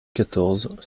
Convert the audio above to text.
quatorze